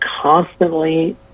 constantly